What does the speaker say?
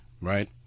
right